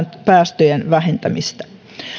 päästöjen vähentämistä